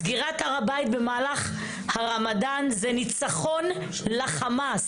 סגירת הר הבית במהלך הרמדאן זה ניצחון לחמאס,